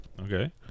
Okay